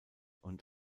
und